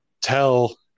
tell